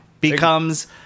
Becomes